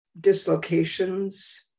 dislocations